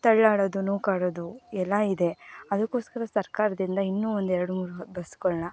ತಳ್ಳಾಡೋದು ನೂಕಾಡೋದು ಎಲ್ಲ ಇದೆ ಅದಕ್ಕೋಸ್ಕರ ಸರ್ಕಾರದಿಂದ ಇನ್ನೂ ಒಂದೆರಡು ಮೂರು ಬಸ್ಸುಗಳ್ನ